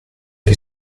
che